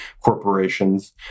corporations